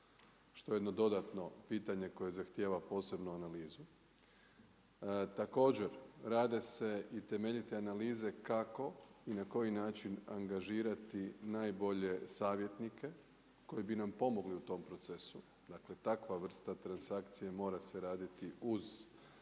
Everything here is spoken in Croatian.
što je jedno dodatno pitanje koje zahtjeva posebnu analizu. Također rade se i temeljite analize kako i na koji način angažirati najbolje savjetnike koji bi nam pomogli u tom procesu, dakle takva vrsta transakcije mora se raditi uz renomirane